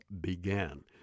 began